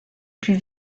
plus